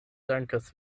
dankas